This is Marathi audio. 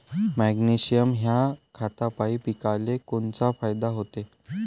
मॅग्नेशयम ह्या खतापायी पिकाले कोनचा फायदा होते?